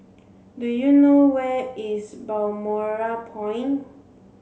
do you know where is Balmoral Point